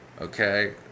okay